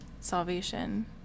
salvation